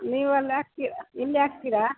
ನೀವು ಅಲ್ಲಿ ಆಕ್ತೀ ಇಲ್ಲಿ ಹಾಕ್ತೀರಾ